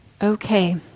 Okay